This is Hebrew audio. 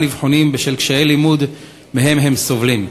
אבחונים בשל קשיי לימוד שמהם הם סובלים.